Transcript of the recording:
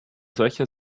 solche